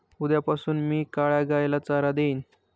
उद्यापासून मी काळ्या गाईला चारा देईन